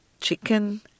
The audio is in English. chicken